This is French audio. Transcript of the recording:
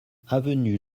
avenue